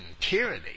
tyranny